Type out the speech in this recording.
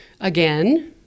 again